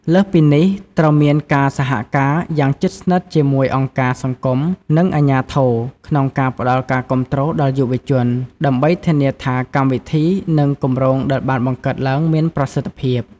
លើសពីនេះ ត្រូវមានការសហការយ៉ាងជិតស្និទ្ធជាមួយអង្គការសង្គម និងអាជ្ញាធរ ក្នុងការផ្តល់ការគាំទ្រដល់យុវជន ដើម្បីធានាថាកម្មវិធី និងគម្រោងដែលបានបង្កើតឡើងមានប្រសិទ្ធភាព